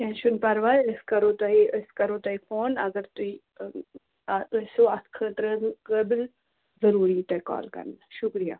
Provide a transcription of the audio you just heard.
کیٚنٛہہ چھُنہٕ پرواے أسۍ کَرو تۄہہِ أسۍ کَرو تۄہہِ فون اگر تُہۍ ٲسِو اَتھ خٲطرَن قٲبِل ضٔروٗر یی تۄہہِ کال کَرنہٕ شُکریہ